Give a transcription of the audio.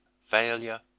failure